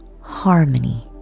harmony